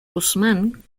guzmán